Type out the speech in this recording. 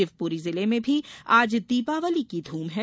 शिवपुरी जिले में भी आज दीपावली की धूम है